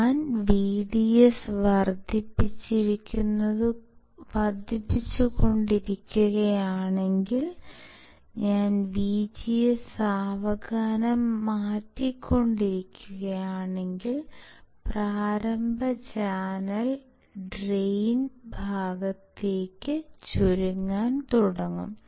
ഞാൻ VDS വർദ്ധിപ്പിച്ചുകൊണ്ടിരിക്കുകയാണെങ്കിൽ ഞാൻ VGS സാവധാനം മാറ്റിക്കൊണ്ടിരിക്കുകയാണെങ്കിലും പ്രാരംഭ ചാനൽ ഡ്രെയിൻ ഭാഗത്തേക്ക് ചുരുങ്ങാൻ തുടങ്ങും